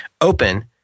Open